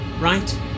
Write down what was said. right